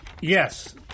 Yes